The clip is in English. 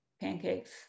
Pancakes